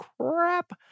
crap